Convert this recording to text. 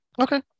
Okay